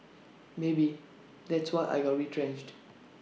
maybe that's why I got retrenched